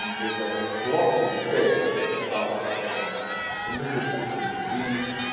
there's a lot to be said about the limbic system in dreams,